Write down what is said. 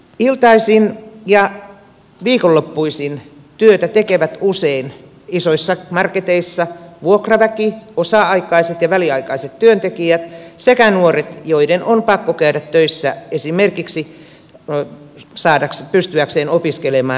iltaisin ja viikonloppuisin työtä tekevät usein isoissa marketeissa vuokraväki osa aikaiset ja väliaikaiset työntekijät sekä nuoret joiden on pakko käydä töissä esimerkiksi pystyäkseen opiskelemaan rahoittaakseen opintonsa